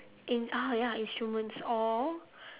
in ah ya instruments or